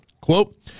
Quote